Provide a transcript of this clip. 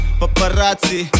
paparazzi